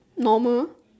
normal